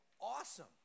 Awesome